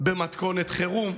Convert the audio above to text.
במתכונת חירום.